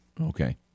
Okay